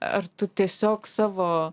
ar tu tiesiog savo